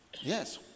Yes